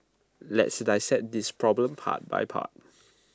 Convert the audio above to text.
let's dissect this problem part by part